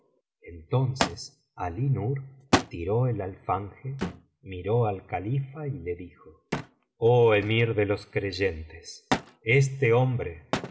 entonces alí nur tiró el alfanje miró al califa y le dijo oh emir de los creyentes este hombre